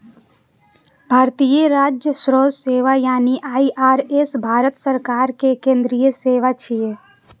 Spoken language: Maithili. भारतीय राजस्व सेवा यानी आई.आर.एस भारत सरकार के केंद्रीय सेवा छियै